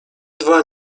dwa